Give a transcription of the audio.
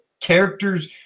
character's